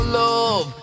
love